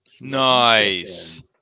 Nice